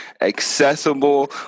accessible